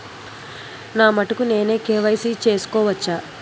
నా మటుకు నేనే కే.వై.సీ చేసుకోవచ్చా?